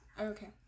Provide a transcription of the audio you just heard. Okay